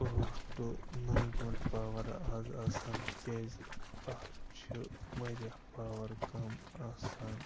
ٲٹھ ٹُہ نَو گٲنٛٹہٕ پاوَر آز آسان تِکیٛازِ آز چھِ واریاہ پاوَر کَم آسان